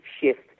shift